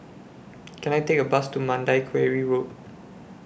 Can I Take A Bus to Mandai Quarry Road